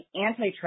antitrust